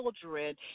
children